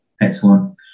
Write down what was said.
Excellent